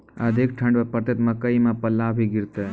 अधिक ठंड पर पड़तैत मकई मां पल्ला भी गिरते?